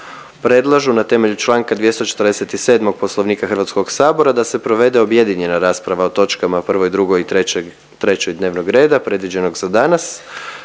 predlažu na temelju čl. 247. Poslovnika HS da se provede objedinjena rasprava o točkama, prvoj, drugoj i trećoj dnevnog reda predviđenog za danas,